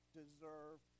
deserve